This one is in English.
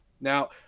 now